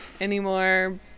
anymore